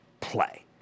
play